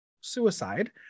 suicide